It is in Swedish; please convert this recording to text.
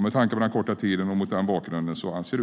Med tanke på den korta tid som har gått anser